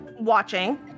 watching